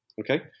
Okay